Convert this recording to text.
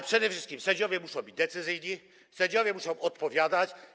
Przede wszystkim sędziowie muszą być decyzyjni, sędziowie muszą odpowiadać.